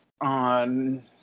on